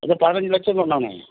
அதுதான் பதினஞ்சு லட்சம் சொன்னனேன்